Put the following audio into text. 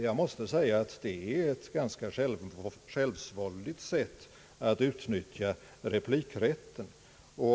Jag måste säga att det är ett ganska självsvåldigt sätt att utnyttja replikrätten.